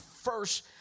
first